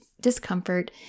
discomfort